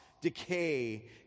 decay